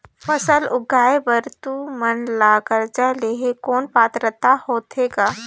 फसल उगाय बर तू मन ला कर्जा लेहे कौन पात्रता होथे ग?